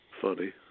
Funny